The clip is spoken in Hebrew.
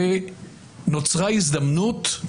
ונוצרה הזדמנות.